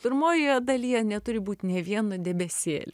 pirmojoje dalyje neturi būt nė vieno debesėl